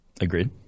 agreed